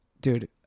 dude